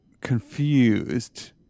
confused